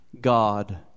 God